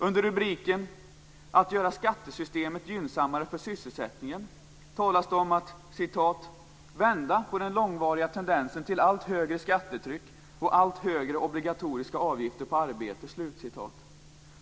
Under rubriken om att göra skattesystemet gynnsammare för sysselsättningen talas det om att vända på den långvariga tendensen till allt högre skattetryck och allt högre obligatoriska avgifter på arbete.